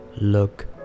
look